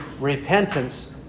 repentance